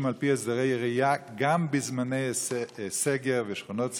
על פי הסדרי ראייה גם בזמני סגר ובשכונות סגר.